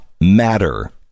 matter